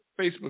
Facebook